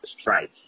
strike